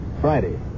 Friday